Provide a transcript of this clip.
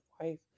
wife